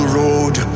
road